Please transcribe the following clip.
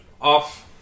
off